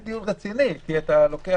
זה דיון רציני, כי אתה לוקח